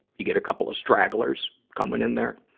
you get a couple of stragglers coming in there.